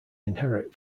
inherit